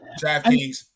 DraftKings